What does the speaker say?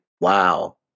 Wow